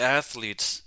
athletes